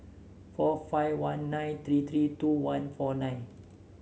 four five one nine three three two one four nine